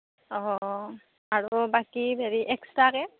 অঁ আৰু বাকী হেৰি একস্ট্ৰাকে